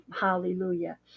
hallelujah